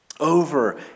over